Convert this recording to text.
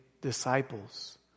disciples